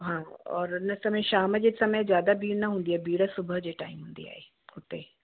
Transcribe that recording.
हा और हिन समय शाम जे समय ज्यादा भीड़ न हूंदी आहे भीड़ सुबह जे टाइम हूंदी आहे हुते